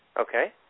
Okay